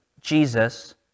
Jesus